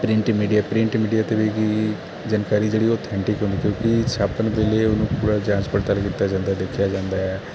print media print media 'ਤੇ ਵੀ ਕਿ ਜਾਣਕਾਰੀ ਜਿਹੜੀ ਉਹ ਕਿਉਂਕਿ ਛਾਪਣ ਵੇਲੇ ਉਹਨੂੰ ਪੂਰਾ ਜਾਂਚ ਪੜਤਾਲ ਕੀਤਾ ਜਾਂਦਾ ਦੇਖਿਆ ਜਾਂਦਾ ਹੈ